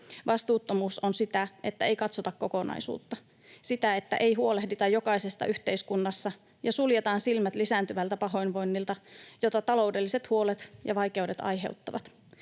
Vastuuttomuus on sitä, että ei katsota kokonaisuutta, sitä, että ei huolehdita jokaisesta yhteiskunnassa ja suljetaan silmät lisääntyvältä pahoinvoinnilta, jota taloudelliset huolet ja vaikeudet aiheuttavat.